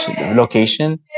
location